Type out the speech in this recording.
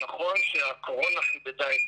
נכון שהקורונה חידדה את